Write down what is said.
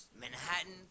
Manhattan